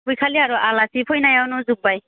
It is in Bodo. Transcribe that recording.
बैखालि आर' आलासि फैनायावनो जोब्बाय